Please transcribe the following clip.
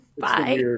Bye